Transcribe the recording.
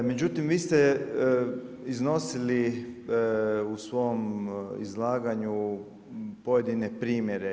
Međutim vi ste iznosili u svom izlaganju pojedine primjere.